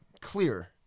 clear